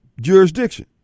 Jurisdiction